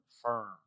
firm